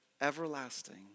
everlasting